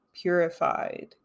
purified